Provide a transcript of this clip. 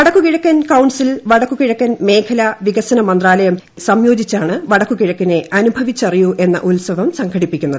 വടക്കു കിഴക്കൻ കൌൺസിൽ വടക്കു കിഴക്കൻ മേഖല വികസന മന്ത്രാലയം സംയോജിച്ചാണ് വടക്കുകിഴക്കിനെ അനുഭവിച്ചറിയൂ എന്ന ഉൽസവം സംഘടിപ്പിക്കുന്നത്